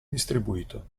distribuito